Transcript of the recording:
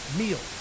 meal